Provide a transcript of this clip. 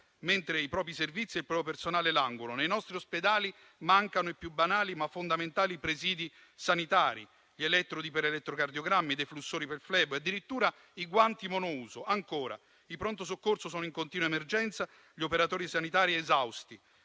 mentre i propri servizi e il proprio personale languono. Nei nostri ospedali mancano i più banali, ma fondamentali presidi sanitari: gli elettrodi per elettrocardiogrammi, i deflussori per flebo e addirittura i guanti monouso. Ancora, i pronto soccorso sono in continua emergenza, gli operatori sanitari sono esausti,